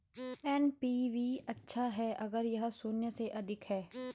NPV अच्छा है अगर यह शून्य से अधिक है